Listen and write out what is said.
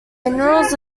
minerals